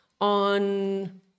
on